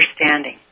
understanding